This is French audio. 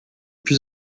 plus